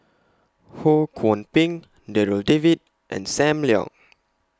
Ho Kwon Ping Darryl David and SAM Leong